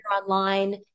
online